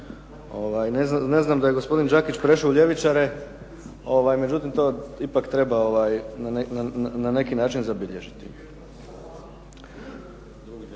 Ne znam da je gospodin Đakić prešao u ljevičare, međutim to ipak treba na neki način zabilježiti.